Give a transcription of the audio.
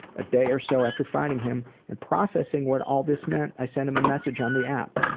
a day or so after finding him and processing what all this meant, i sent him a message on the app.